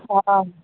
हा